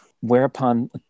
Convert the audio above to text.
whereupon